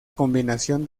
combinación